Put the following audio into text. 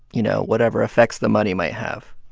you know, whatever effects the money might have